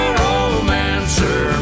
romancer